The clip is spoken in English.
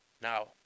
Now